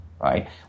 right